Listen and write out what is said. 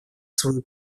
свою